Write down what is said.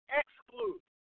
exclude